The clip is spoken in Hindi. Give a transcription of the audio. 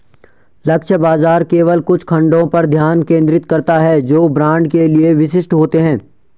लक्ष्य बाजार केवल कुछ खंडों पर ध्यान केंद्रित करता है जो ब्रांड के लिए विशिष्ट होते हैं